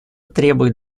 требует